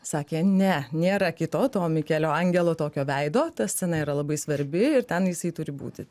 sakė ne nėra kito to mikelio angelo tokio veido ta scena yra labai svarbi ir ten jisai turi būti